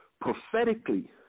Prophetically